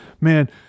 man